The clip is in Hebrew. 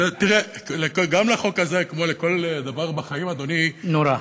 גם לחוק הזה, כמו לכל דבר בחיים, אדוני, נורא.